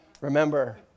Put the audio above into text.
remember